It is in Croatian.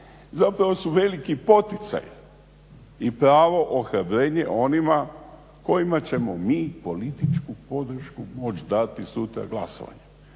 zapravo su veliki poticaj i pravo ohrabrenje onima kojima ćemo mi političku podršku moći dati sutra glasovanjem.